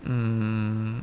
um